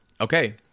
Okay